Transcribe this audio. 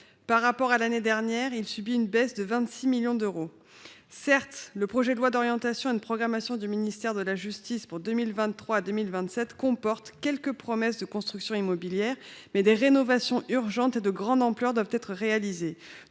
par rapport à l’année dernière, il subit une baisse de 26 millions d’euros. Certes, la loi d’orientation et de programmation du ministère de la justice 2023 2027 comporte quelques promesses de construction immobilière, mais des rénovations urgentes et de grande ampleur doivent être réalisées.